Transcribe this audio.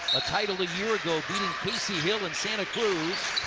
a title a year ago, beating casey hill in santa cruz.